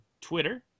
Twitter